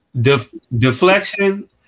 deflection